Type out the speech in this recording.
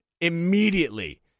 immediately